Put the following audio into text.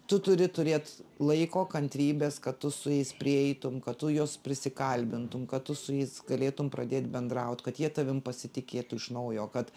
tu turi turėt laiko kantrybės kad tu su jais prieitum kad tu juos prisikalbintum kad tu su jais galėtum pradėt bendraut kad jie tavim pasitikėtų iš naujo kad